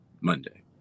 Monday